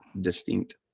distinct